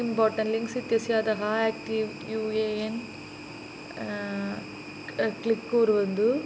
important links इत्यस्य अधः आक्टिव् यू ए एन् क्लिक् कुर्वन्तु